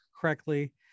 correctly